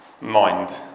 mind